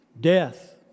death